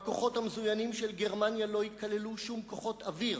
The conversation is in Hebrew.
בכוחות המזוינים של גרמניה לא יכללו שום כוחות אוויר,